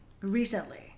recently